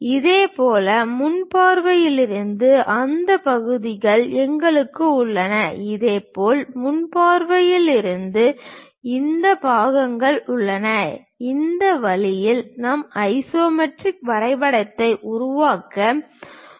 இதேபோல் முன் பார்வையில் இருந்து அந்த பகுதிகள் எங்களிடம் உள்ளன இதேபோல் முன் பார்வையில் இருந்து இந்த பாகங்கள் உள்ளன இந்த வழியில் நம் ஐசோமெட்ரிக் வரைபடத்தை உருவாக்க முடியும்